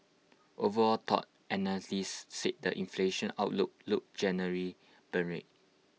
overall though analysts said the inflation outlook looks generally benign